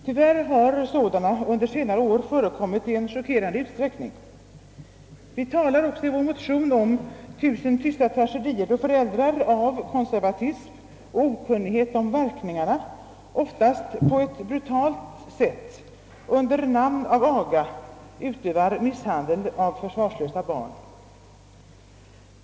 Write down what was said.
Tyvärr har sådana fall förekommit i chockerande utsträckning under senare år. Vi talar i vår motion om »tusenden tysta tragedier», då föräldrar av konservatism och okunnig het om verkningarna ofta på ett brutalt sätt under namn av aga utövar misshandel av försvarslösa barn.